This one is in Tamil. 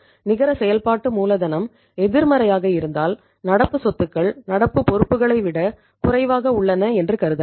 நிகர செயல்பாட்டு மூலதனம் எதிர்மறையாக இருந்தால் நடப்பு சொத்துக்கள் நடப்பு பொறுப்புகளைவிட குறைவாக உள்ளன என்று கருதலாம்